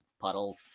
puddle